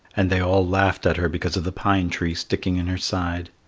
and they all laughed at her because of the pine tree sticking in her side.